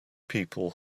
people